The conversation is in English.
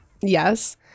Yes